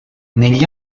negli